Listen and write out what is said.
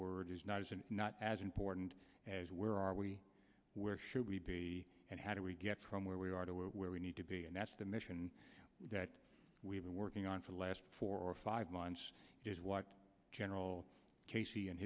word is not as and not as important as where are we where should we be and how do we get from where we are to where where we need to be and that's the mission that we've been working on for the last four or five months is what general casey and